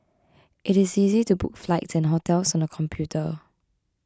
it is easy to book flights and hotels on the computer